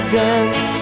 dance